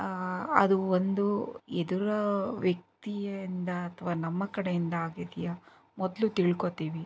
ಅದು ಒಂದು ಎದುರು ವ್ಯಕ್ತಿಯಿಂದ ಅಥವಾ ನಮ್ಮ ಕಡೆಯಿಂದ ಆಗಿದ್ಯ ಮೊದಲು ತಿಳ್ಕೋತೀವಿ